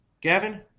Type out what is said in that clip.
Gavin